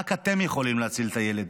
רק אתם יכולים להציל את הילד.